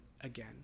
again